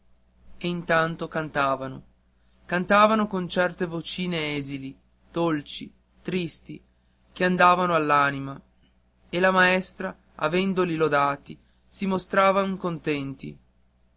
e intanto cantavano cantavano con certe vocine esili dolci tristi che andavano all'anima e la maestra avendoli lodati si mostraron contenti